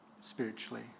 spiritually